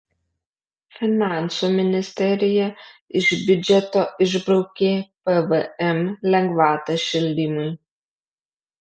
finansų ministerija iš biudžeto išbraukė pvm lengvatą šildymui